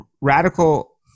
radical